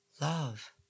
Love